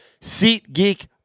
SeatGeek